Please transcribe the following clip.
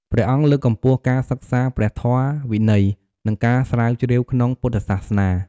ព្រះអង្គលើកកម្ពស់ការសិក្សាព្រះធម៌វិន័យ និងការស្រាវជ្រាវក្នុងពុទ្ធសាសនា។